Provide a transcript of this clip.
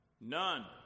None